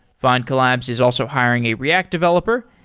findcollabs is also hiring a react developer.